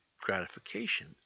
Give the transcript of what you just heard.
gratification